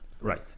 Right